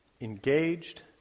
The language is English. engaged